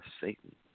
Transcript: Satan